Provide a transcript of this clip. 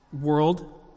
world